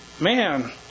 Man